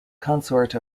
consort